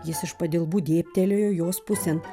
jis iš padilbų dėbtelėjo jos pusėn